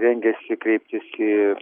rengiasi kreiptis į